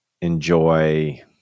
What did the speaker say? enjoy